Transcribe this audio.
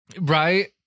Right